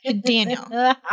Daniel